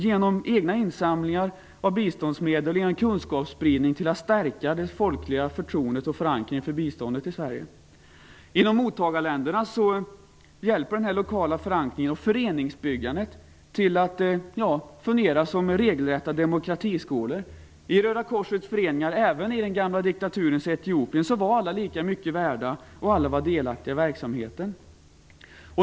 Genom egna insamlingar av biståndsmedel och kunskapsspridning bidrar de till att stärka det folkliga förtroendet och den folkliga förankringen när det gäller biståndet i Sverige. I mottagarländerna hjälper den lokala förankringen och föreningsbyggandet till att fungera som regelrätta demokratiskolor. I Röda korsets föreningar även i den gamla diktaturens Etiopien var alla lika mycket värda och alla var delaktiga i verksamheten.